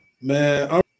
Man